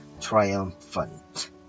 triumphant